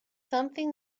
something